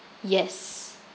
yes